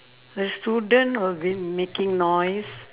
the student will be making noise